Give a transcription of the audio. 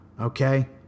Okay